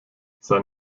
sein